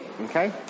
okay